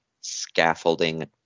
scaffolding